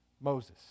Moses